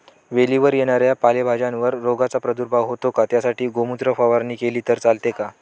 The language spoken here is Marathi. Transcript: वेलीवर येणाऱ्या पालेभाज्यांवर रोगाचा प्रादुर्भाव होतो का? त्यासाठी गोमूत्र फवारणी केली तर चालते का?